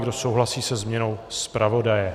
Kdo souhlasí se změnou zpravodaje?